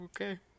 Okay